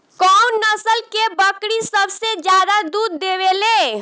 कउन नस्ल के बकरी सबसे ज्यादा दूध देवे लें?